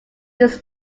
this